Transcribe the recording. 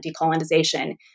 decolonization